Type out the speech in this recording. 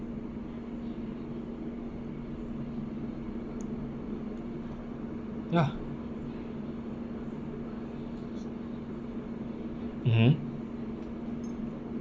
ya mmhmm